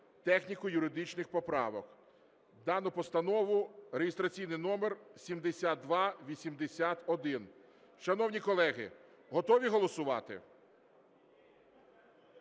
техніко-юридичних поправок дану постанову (реєстраційний номер 7281). Шановні колеги, готові голосувати?